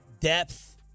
depth